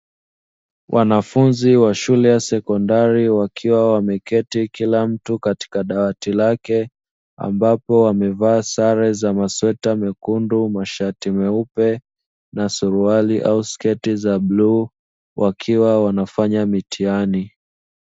Mwanafunzi wa shule ya sekondari wakiwa wameketi kila mtu katika dawati lake, ambapo wamevaa sare za masweta mekundu mashati meupe na suruali au sketi za blue, wakiwa wanafanya mitihani.